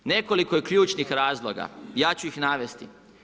Nekoliko je ključnih razloga, ja ću ih navesti.